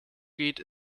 geht